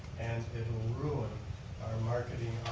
and it will ruin our marketing